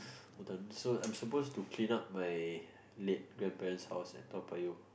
hold on so I'm supposed to clean up my late grandparents house at Toa-Payoh